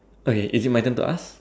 okay is it my turn to ask